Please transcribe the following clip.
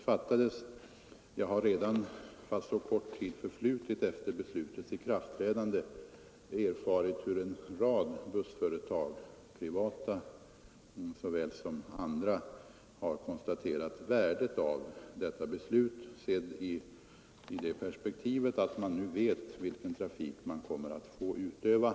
Fastän så kort tid förflutit efter beslutets ikraftträdande har jag redan erfarit hur en rad bussföretag — privata såväl som andra — har konstaterat värdet av detta beslut sett i perspektivet att man nu vet vilken trafik man kommer att få utöva.